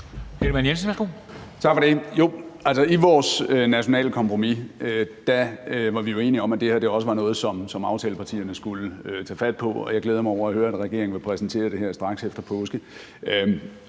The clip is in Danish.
I vores nationale kompromis var vi jo enige om, at det her også var noget, som aftalepartierne skulle tage fat på, og jeg glæder mig over at høre, at regeringen vil præsentere det straks efter påske.